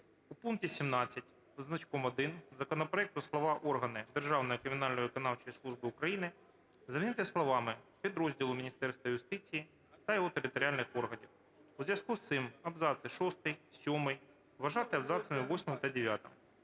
"В пункті 17 зі значком "1" законопроекту слова "органи Державної кримінально-виконавчої служби України" замінити словами "підрозділу Міністерства юстиції та його територіальних органів". У зв'язку з цим абзаци 6, 7 вважати абзацами 8 та 9.